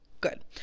Good